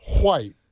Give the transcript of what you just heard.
White